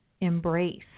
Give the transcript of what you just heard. embrace